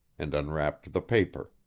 and unwrapped the paper.